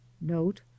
Note